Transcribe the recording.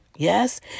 Yes